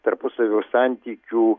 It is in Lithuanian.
tarpusavio santykių